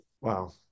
Wow